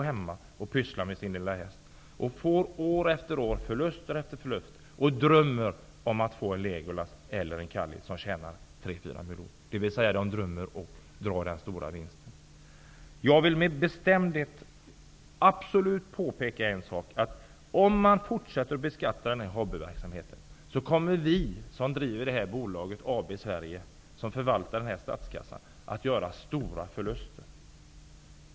De sysslar med sin lilla häst hemma, och de gör år efter år förluster och drömmer om att få en Legolas eller en Calit och tjäna 3--4 miljoner. De drömmer om att dra den stora vinstlotten. Jag vill med bestämdhet påpeka en sak. Om man fortsätter att beskatta denna hobbyverksamhet, kommer vi som driver AB Sverige, som förvaltar statskassan, att göra stora förluster.